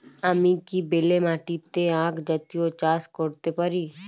আমি কি বেলে মাটিতে আক জাতীয় চাষ করতে পারি?